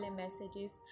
messages